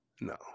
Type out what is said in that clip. No